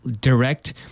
direct